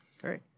Great